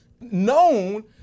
known